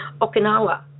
Okinawa